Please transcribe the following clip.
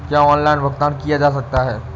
क्या ऑनलाइन भुगतान किया जा सकता है?